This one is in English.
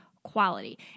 Quality